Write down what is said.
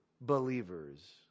believers